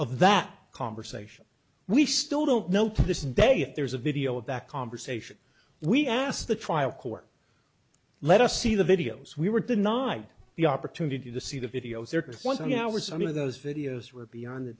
of that conversation we still don't know to this day if there's a video of that conversation we asked the trial court let us see the videos we were denied the opportunity to see the video there was and now with some of those videos we're beyond the